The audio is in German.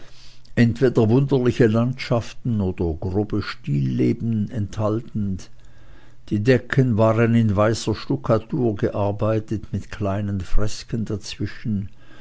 entweder wunderliche landschaften oder grobe stilleben enthaltend die decken waren in weißer stukkatur gearbeitet mit kleinen fresken dazwischen